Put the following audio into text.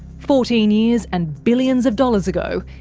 fourteen years and billions of dollars ago,